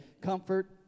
comfort